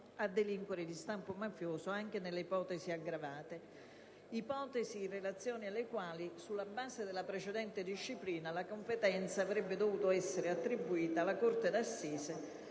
a delinquere di stampo mafioso anche nelle ipotesi aggravate; ipotesi in relazione alle quali, sulla base della precedente disciplina, la competenza avrebbe dovuto essere attribuita alla corte d'assise